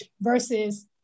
versus